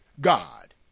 God